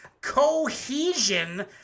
Cohesion